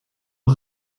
een